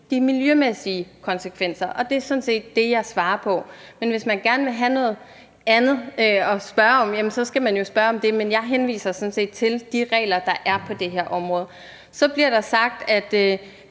de miljømæssige konsekvenser, og det er sådan set det, jeg svarer på. Men hvis man gerne vil have noget andet at spørge om, jamen så skal man jo spørge om det, men jeg henviser sådan set til de regler, der er på det her område. Så bliver der sagt, at